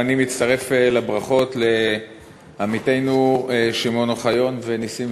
גם אני מצטרף לברכות לעמיתינו שמעון אוחיון ונסים